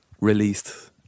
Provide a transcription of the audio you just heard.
released